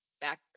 back